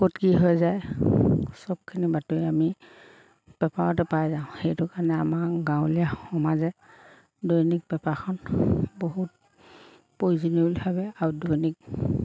ক'ত কি হৈ যায় চবখিনি বাতৰি আমি পেপাৰতে পাই যাওঁ সেইটো কাৰণে আমাৰ গাঁৱলীয়া সমাজে দৈনিক পেপাৰখন বহুত প্ৰয়োজনীয় বুলি ভাবে আৰু দৈনিক